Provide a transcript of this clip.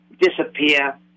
disappear